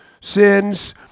sins